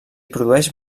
produeix